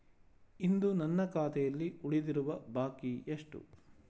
ಇಂದು ನನ್ನ ಖಾತೆಯಲ್ಲಿ ಉಳಿದಿರುವ ಬಾಕಿ ಎಷ್ಟು?